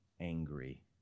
angry